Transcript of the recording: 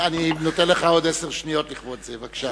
אני נותן לך עוד עשר שניות לכבוד זה, בבקשה.